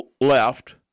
left